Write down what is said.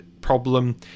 problem